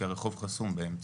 כי הרחוב חסום באמצע,